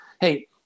Hey